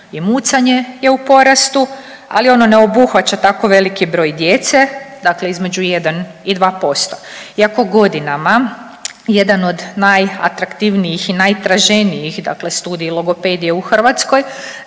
I mucanje je u porastu, ali ono ne obuhvaća tako veliki broj djece, dakle između 1 i 2% iako godinama jedan od najatraktivnijih i najtraženijih dakle Studij logopedije u Hrvatskoj